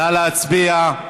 נא להצביע.